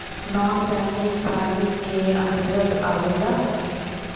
नानॅ banking प्रणाली के अंतर्गत आवेला